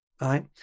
right